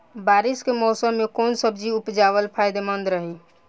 बारिश के मौषम मे कौन सब्जी उपजावल फायदेमंद रही?